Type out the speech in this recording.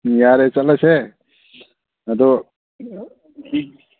ꯌꯥꯔꯦ ꯆꯠꯂꯁꯦ ꯑꯗꯣ